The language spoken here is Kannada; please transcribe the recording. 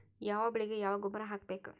ಯಾವ ಬೆಳಿಗೆ ಯಾವ ಗೊಬ್ಬರ ಹಾಕ್ಬೇಕ್?